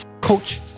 Coach